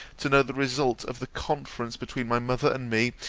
to know the result of the conference between my mother and me,